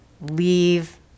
leave